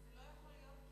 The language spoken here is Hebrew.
זה לא יכול להיות,